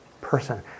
person